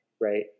right